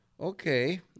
Okay